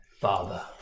father